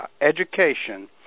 education